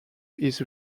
his